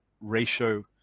ratio